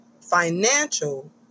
financial